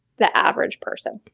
the average person.